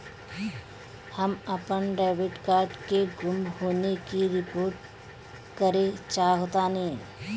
हम अपन debit card के गुम होने की रिपोर्ट करे चाहतानी